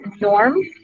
norm